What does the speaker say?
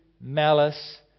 malice